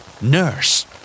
Nurse